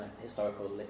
historical